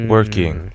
Working